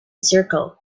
circle